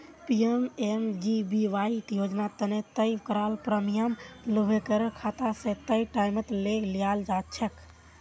PMJBY योजना तने तय कराल प्रीमियम लाभुकेर खाता स तय टाइमत ले लियाल जाछेक